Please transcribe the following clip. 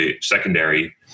secondary